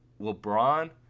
LeBron